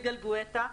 יגאל גואטה,